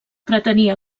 pretenia